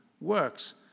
works